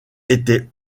était